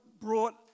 brought